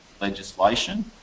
legislation